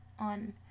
on